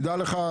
תדע לך,